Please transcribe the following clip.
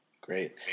Great